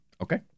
okay